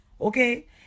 Okay